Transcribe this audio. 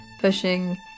pushing